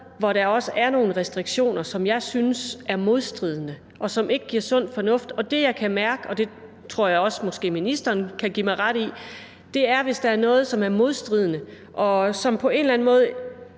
hvor der også er nogle restriktioner, som jeg synes er modstridende, og som ikke giver sund fornuft. Og det, jeg kan mærke – det tror jeg også ministeren måske kan give mig ret i – er, at hvis der er noget, der er modstridende, og som man på en eller anden måde